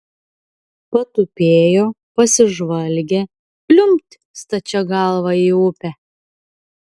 patupėjo pasižvalgė pliumpt stačia galva į upę